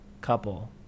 couple